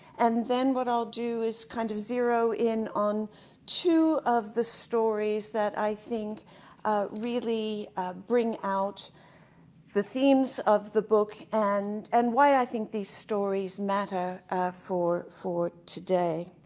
and then what i'll do is kind of zero in on two of the stories that i think really bring out the themes of the book, and and why i think these stories matter for for today.